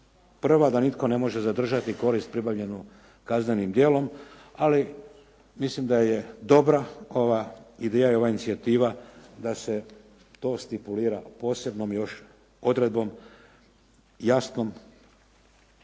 1. da nitko ne može zadržati korist pribavljenu kaznenim djelom, ali mislim da je dobra ova ideja i ova inicijativa da se to stipulira posebnom još odredbom, jasnom da